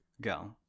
Go